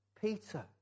Peter